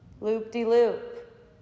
loop-de-loop